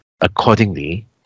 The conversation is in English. Accordingly